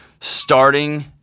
Starting